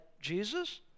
Jesus